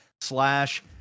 slash